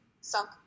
sunk